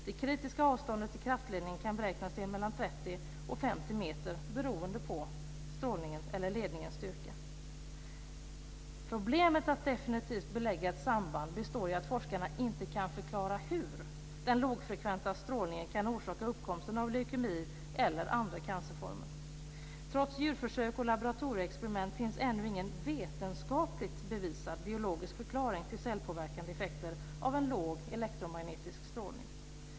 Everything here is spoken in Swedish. Det kritiska avståndet till kraftledningar kan beräknas till mellan Problemet med att definitivt belägga ett samband består i att forskarna inte kan förklara hur den lågfrekventa strålningen kan orsaka uppkomsten av leukemi eller andra cancerformer. Trots djurförsök och laboratorieexperiment finns ännu ingen vetenskapligt bevisad biologisk förklaring till cellpåverkande effekter av låg elektromagnetisk strålning.